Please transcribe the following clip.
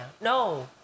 No